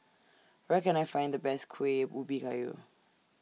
Where Can I Find The Best Kuih Ubi Kayu